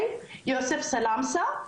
יוסף סלמסה,